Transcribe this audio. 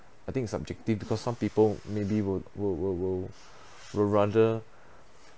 I think is subjective because some people maybe will will will will will rather